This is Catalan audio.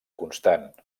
constant